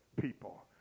people